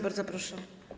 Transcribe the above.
Bardzo proszę.